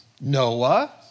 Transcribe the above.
Noah